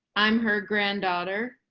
i'm her granddaughter.